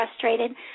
frustrated